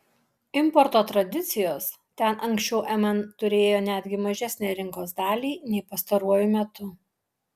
importo tradicijos ten anksčiau mn turėjo netgi mažesnę rinkos dalį nei pastaruoju metu